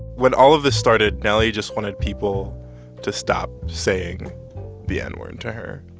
when all of this started, nelly just wanted people to stop saying the n-word to her.